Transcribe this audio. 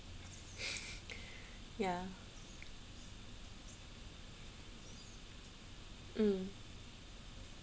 ya mm